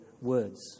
words